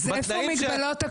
אז איפה מגבלות הכוח לרוב?